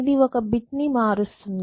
ఇది ఒక బిట్ ని మారుస్తుంది